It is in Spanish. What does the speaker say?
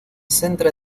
centra